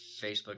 Facebook